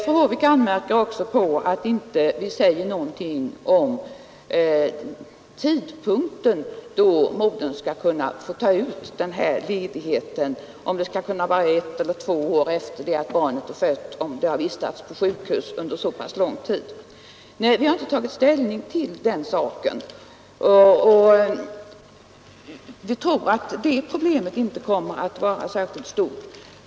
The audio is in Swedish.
Vidare anmärker fru Håvik på att vi inte säger någonting om tidpunkten då modern skall kunna få ta ut den här ledigheten — om det skall kunna vara ett eller två år efter det att barnet är fött, ifall barnet vistats på sjukhus under så pass lång tid. Nej, vi har inte tagit ställning till den saken, och vi tror att det problemet inte kommer att vara särskilt stort.